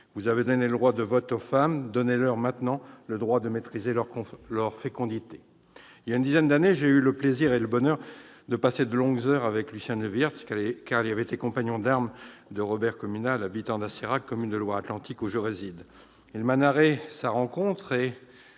Vous avez donné le droit de vote aux femmes. Donnez-leur maintenant le droit de maîtriser leur fécondité ». Il y a une dizaine d'années, j'ai eu le plaisir et le bonheur de passer de longues heures avec Lucien Neuwirth, car il avait été compagnon d'armes de Robert Communal, habitant d'Assérac, commune de Loire-Atlantique où je réside. Il me narra tout le